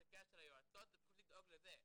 ורוב עיסוקיהן של היועצות זה פשוט לדאוג לזה.